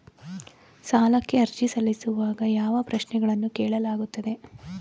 ಸಾಲಕ್ಕೆ ಅರ್ಜಿ ಸಲ್ಲಿಸುವಾಗ ಯಾವ ಪ್ರಶ್ನೆಗಳನ್ನು ಕೇಳಲಾಗುತ್ತದೆ?